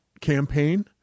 campaign